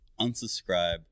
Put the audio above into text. unsubscribe